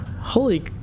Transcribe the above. Holy